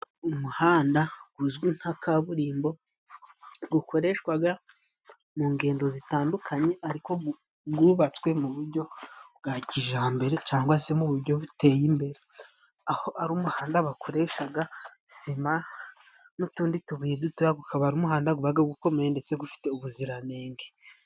Umuhanda guzwi nka kaburimbo gukoreshwaga mu ngendo zitandukanye, ariko gwubatswe mu bujyo bwa kijambere cangwa se mu bujyo buteye imbere, aho ari umuhanda bakoreshaga sima n'utundi tubuye dutoya, gukaba ari umuhanda gubaga gukomeye ndetse gufite ubuziranenge.